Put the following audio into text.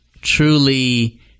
truly